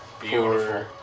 Beautiful